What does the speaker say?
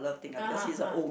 (uh huh) ah